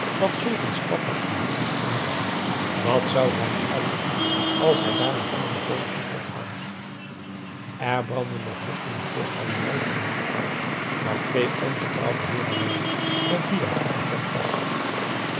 dat zulk een stap hem geheel moest vernietigen wat zou ze hem uitlachen als hij daar met hangende pootjes terugkwam p a daum hoe hij raad van indië werd onder ps maurits er brandde nog licht in de voorgalerij van een net huis waar twee ongetrouwde heeren woonden met wie hij goed bekend was